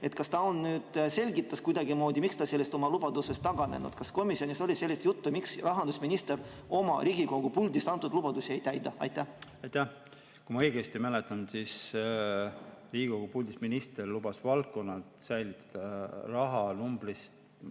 Kas ta nüüd selgitas kuidagimoodi, miks ta oma lubadusest on taganenud? Kas komisjonis oli sellest juttu, miks rahandusminister Riigikogu puldist antud lubadusi ei täida? Kui ma õigesti mäletan, siis Riigikogu puldis minister lubas valdkonnad säilitada. Rahanumbri